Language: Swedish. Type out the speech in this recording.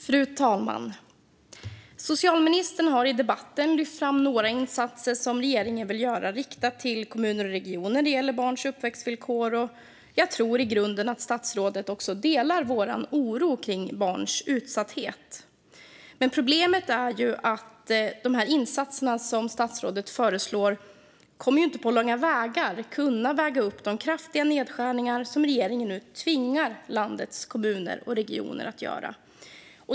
Fru talman! Socialministern har i debatten lyft fram några insatser som regeringen vill rikta till kommuner och regioner när det gäller barns uppväxtvillkor. Jag tror i grunden att statsrådet delar vår oro kring barns utsatthet. Men problemet är att de insatser som statsrådet föreslår inte på långa vägar kan väga upp de kraftiga nedskärningar som regeringen nu tvingar landets kommuner och regioner att göra.